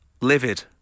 Livid